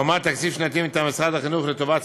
"מוצע כי יועמד תקציב שנתי מטעם משרד החינוך לטובת